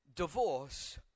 Divorce